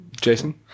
Jason